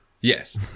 Yes